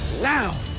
Now